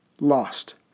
lost